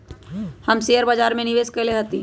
हम शेयर बाजार में निवेश कएले हती